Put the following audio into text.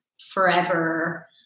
forever